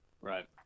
Right